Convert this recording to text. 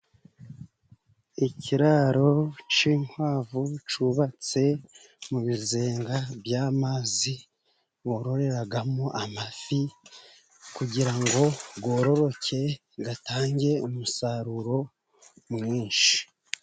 Ikiraro cy'inkwavu cyubatse mu bizenga by'amazi bororeramo amafi, kugira ngo yororoke atange umusaruro mwinshi.